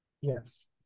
Yes